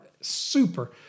super